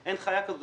אין חיה כזו.